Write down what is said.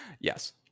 Yes